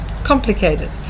complicated